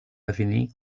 definir